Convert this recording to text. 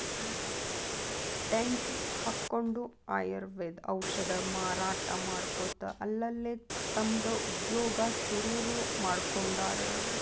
tent ಹಕ್ಕೊಂಡ್ ಆಯುರ್ವೇದ ಔಷಧ ಮಾರಾಟಾ ಮಾಡ್ಕೊತ ಅಲ್ಲಲ್ಲೇ ತಮ್ದ ಉದ್ಯೋಗಾ ಶುರುರುಮಾಡ್ಕೊಂಡಾರ್